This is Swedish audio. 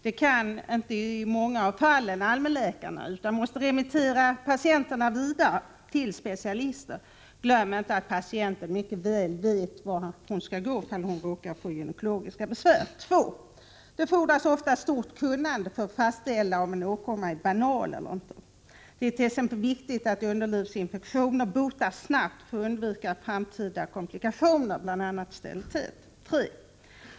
Det kan i många av fallen inte allmänläkarna, utan de måste remittera patienterna vidare till specialister. Glöm inte att patienten mycket väl själv vet vart hon skall gå ifall hon råkar få gynekologiska besvär. 2. Det fordras ofta stort kunnande för att fastställa om en åkomma är banal eller inte. Det är t.ex. viktigt att underlivsinfektioner botas snabbt för att undvika framtida komplikationer, bl.a. sterilitet. 3.